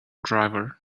driver